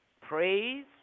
Praise